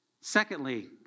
Secondly